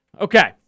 Okay